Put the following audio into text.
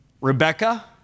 Rebecca